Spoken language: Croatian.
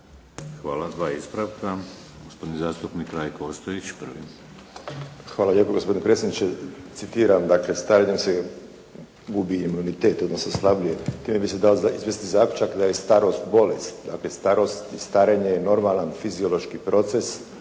Hvala. Dva ispravka. Gospodin zastupnik Rajko Ostojić, prvi. **Ostojić, Rajko (SDP)** Hvala lijepo gospodine predsjedniče. Citiram, dakle starenjem se ubije imunitet, odnosno slabiji je. Time bi se dalo izvesti zaključak da je starost bolest. Dakle starost i starenje je normalan fiziološki proces,